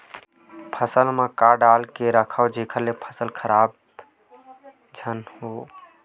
फसल म का डाल के रखव जेखर से फसल खराब झन हो?